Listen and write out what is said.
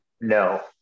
No